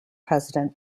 president